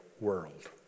world